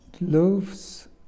loaves